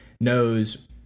knows